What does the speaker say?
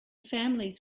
families